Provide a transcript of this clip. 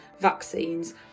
vaccines